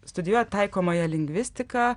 studijuojat taikomąją lingvistiką